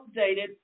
updated